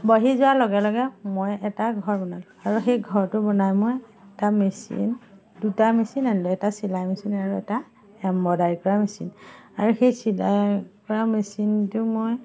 বাহি যোৱাৰ লগে লগে মই এটা ঘৰ বনালোঁ আৰু সেই ঘৰটো বনাই মই এটা মেচিন দুটা মেচিন আনিলোঁ এটা চিলাই মেচিন আৰু এটা এম্বদাৰি কৰা মেচিন আৰু সেই চিলাই কৰা মেচিনটো মই